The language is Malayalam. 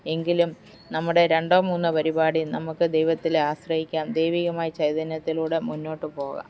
എങ്കിലും നമ്മുടെ രണ്ടോ മൂന്നോ വരി പാടി നമുക്ക് ദൈവത്തിലാശ്രയിക്കാം ദൈവീകമായി ചൈതന്യത്തിലൂടെ മുന്നോട്ട് പോകാം